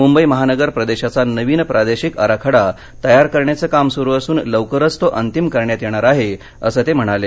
मुंबई महानगर प्रदेशाचा नवीन प्रादेशिक आराखडा तयार करण्याचे काम सुरू असून लवकरच तो अंतिम करण्यात येणार आहे असं ते म्हणाले